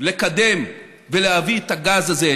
לקדם ולהביא את הגז הזה,